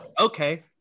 Okay